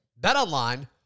BetOnline